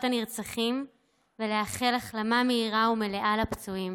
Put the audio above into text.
הנרצחים ולאחל החלמה מהירה ומלאה לפצועים.